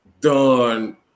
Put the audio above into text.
done